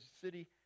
city